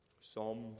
Psalm